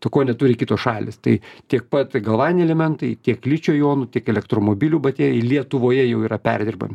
to ko neturi kitos šalys tai tiek pat galvaniniai elementai tiek ličio jonų tiek elektromobilių baterijai lietuvoje jau yra perdirbami